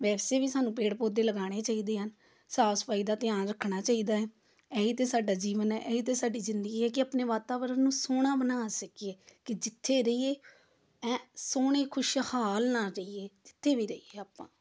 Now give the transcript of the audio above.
ਵੈਸੇ ਵੀ ਸਾਨੂੰ ਪੇੜ ਪੌਦੇ ਲਗਾਉਣੇ ਚਾਹੀਦੇ ਹਨ ਸਾਫ਼ ਸਫ਼ਾਈ ਦਾ ਧਿਆਨ ਰੱਖਣਾ ਚਾਹੀਦਾ ਹੈ ਇਹੀ ਤਾਂ ਸਾਡਾ ਜੀਵਨ ਹੈ ਇਹੀ ਤਾਂ ਸਾਡੀ ਜ਼ਿੰਦਗੀ ਹੈ ਕੀ ਆਪਣੇ ਵਾਤਾਵਰਨ ਨੂੰ ਸੋਹਣਾ ਬਣਾ ਸਕੀਏ ਕਿ ਜਿੱਥੇ ਰਹੀਏ ਐਂ ਸੋਹਣੇ ਖੁਸ਼ਹਾਲ ਨਾਲ ਰਹੀਏ ਜਿੱਥੇ ਵੀ ਰਹੀਏ ਆਪਾਂ